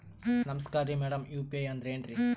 ನಮಸ್ಕಾರ್ರಿ madam UPI ಅಂದ್ರೆನ್ರಿ?